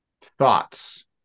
Thoughts